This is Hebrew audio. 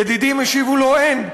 ידידים השיבו לו: אין.